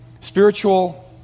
spiritual